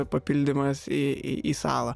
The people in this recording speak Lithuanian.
papildymas į į į salą